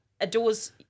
Adores